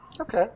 okay